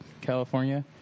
California